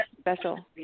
special